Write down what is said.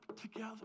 together